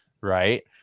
right